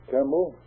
Campbell